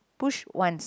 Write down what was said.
push once